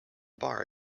bar